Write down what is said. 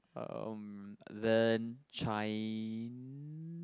um then chin~